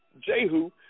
Jehu